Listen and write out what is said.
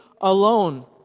alone